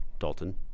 Dalton